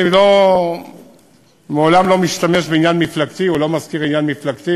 אני מעולם לא משתמש בעניין מפלגתי או לא מזכיר עניין מפלגתי,